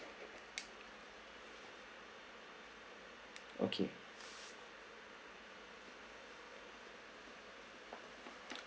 okay